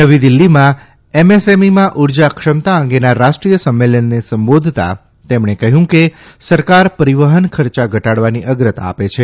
નવી દિલ્હીમાં એમએસએમઇમાં ઉર્જા ક્ષમતા અંગેના રાષ્ટ્રીય સંમેલનને સંબોધતાં તેમણે કહ્યું કે સરકાર પરિવહન ખર્ચા ઘટાડવાની અગ્રતા આપે છે